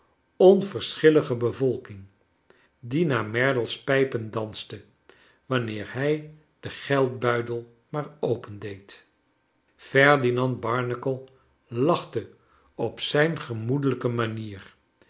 onverschillige bevolking die naar merdle's pijpen danste wanneer hij deli geldbuidel maar opendeed ferdinand barnacle lachte op zijn gemoedelijke manier